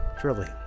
Truly